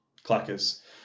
clackers